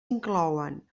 inclouen